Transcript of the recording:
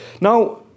Now